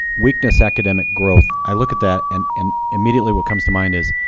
weakness, academic growth, i look at that, and and immediately what comes to mind is,